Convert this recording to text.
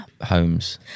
homes